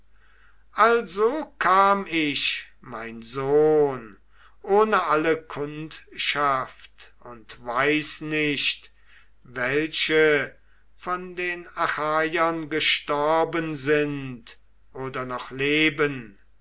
also kam ich mein sohn ohn alle kundschaft und weiß nicht welche von den achaiern gestorben sind oder noch leben